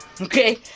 okay